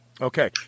Okay